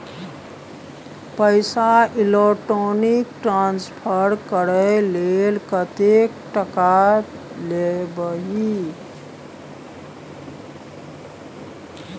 पैसा electronic transfer करय लेल कतेक टका लेबही